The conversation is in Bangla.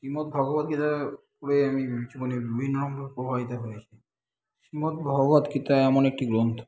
শ্রীমদ্ভগবদ্গীতা পড়ে আমি হচ্ছে মানে বিভিন্ন রকমভাবে প্রভাবিত হয়েছি শ্রীমদ্ভগবদ্গীতা এমন একটি গ্রন্থ